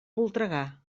voltregà